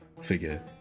figure